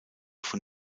von